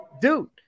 Dude